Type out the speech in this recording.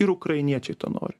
ir ukrainiečiai to nori